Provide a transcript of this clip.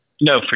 no